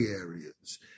areas